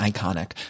Iconic